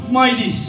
mighty